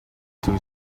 two